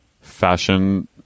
fashion